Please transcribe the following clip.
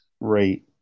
right